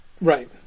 right